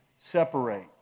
separate